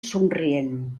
somrient